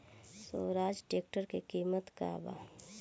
Swaraj tractor के किमत का बा?